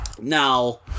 Now